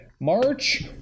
March